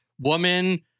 woman